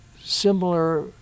similar